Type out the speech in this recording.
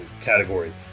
category